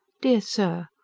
dear sir,